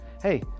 hey